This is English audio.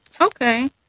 okay